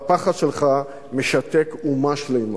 והפחד שלך משתק אומה שלמה.